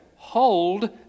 Hold